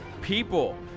people